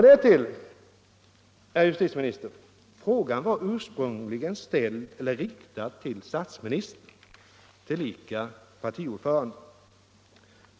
Därtill, herr justitieminister: Min fråga var ursprungligen riktad till statsministern, tillika partiordförande!